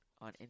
on